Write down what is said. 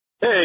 Hey